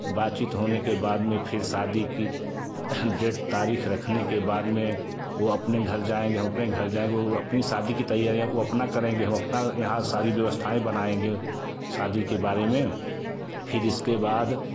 बातचीत होने के बाद में फिर शादी की डेट तारीख रखने के बाद में वो अपने घर जाएँगे हम अपने घर जाएंगे वो अपनी शादी की तैयारियाँ वो अपना करेंगे हम अपना यहाँ सारी व्यवस्थाएँ बनाएँगे शादी के बारे में फिर इसके बाद